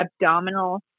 abdominal